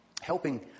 helping